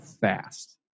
fast